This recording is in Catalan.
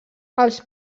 els